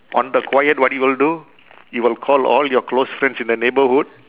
on the quiet what you will do you will call all your close friends in the neighbourhood